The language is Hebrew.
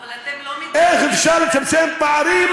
איך אפשר לצמצם פערים,